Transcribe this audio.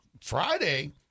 Friday